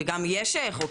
וגם יש חוק,